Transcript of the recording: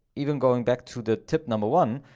even going back to the tip number one,